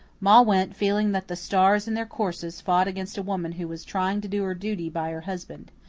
ma went, feeling that the stars in their courses fought against a woman who was trying to do her duty by her husband.